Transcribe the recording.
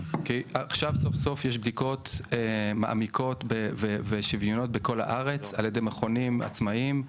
עכשיו יש בדיקות מעמיקות ושוויוניות בכל הארץ על ידי מכונים עצמאיים.